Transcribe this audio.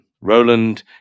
Roland